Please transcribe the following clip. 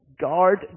guard